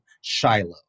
Shiloh